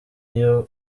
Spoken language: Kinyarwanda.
iyo